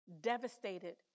devastated